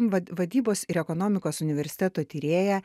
va vadybos ir ekonomikos universiteto įkūrėja